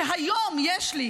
שהיום יש לי,